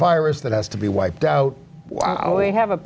virus that has to be wiped out we have a